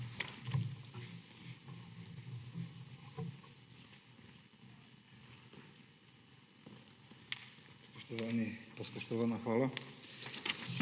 hvala.